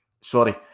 sorry